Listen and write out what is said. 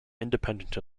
independent